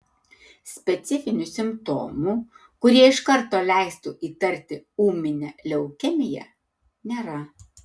specifinių simptomų kurie iš karto leistų įtarti ūminę leukemiją nėra